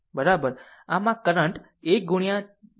આમ આ કરંટ 1ગુણ્યા 2 માં વહે છે